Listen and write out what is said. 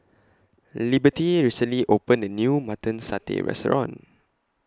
Liberty recently opened A New Mutton Satay Restaurant